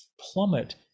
plummet